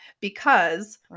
because-